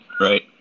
right